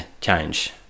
change